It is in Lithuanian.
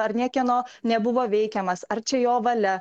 ar niekieno nebuvo veikiamas ar čia jo valia